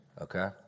Okay